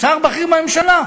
שר בכיר בממשלה.